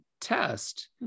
test